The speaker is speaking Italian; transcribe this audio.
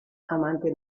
amante